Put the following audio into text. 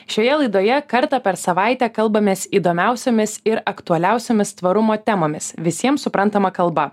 šioje laidoje kartą per savaitę kalbamės įdomiausiomis ir aktualiausiomis tvarumo temomis visiem suprantama kalba